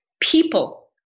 People